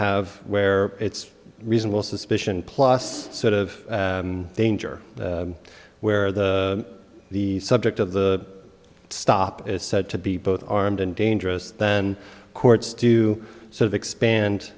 have where it's reasonable suspicion plus sort of danger where the the subject of the stop is said to be both armed and dangerous than courts to to so they expand